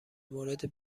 موردت